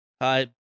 Hi